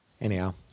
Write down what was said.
Anyhow